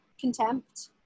contempt